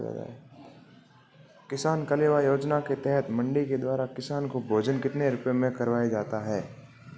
किसान कलेवा योजना के तहत मंडी के द्वारा किसान को भोजन कितने रुपए में करवाया जाता है?